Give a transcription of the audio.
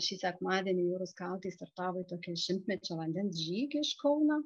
šį sekmadienį jūrų skautai startavo į tokį šimtmečio vandens žygį iš kauno